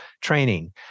training